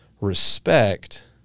respect